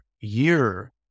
year